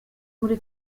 muri